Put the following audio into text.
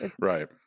right